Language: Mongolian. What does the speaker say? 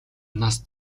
нас